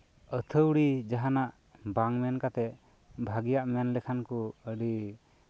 ᱟᱹᱛᱷᱟᱹᱲᱤ ᱡᱟᱦᱟᱱᱟᱜ ᱵᱟᱝ ᱢᱮᱱᱠᱟᱛᱮᱫ ᱵᱷᱟᱜᱮᱭᱟᱜ ᱢᱮᱱᱞᱮᱠᱷᱟᱱ ᱠᱚ ᱟᱹᱰᱤ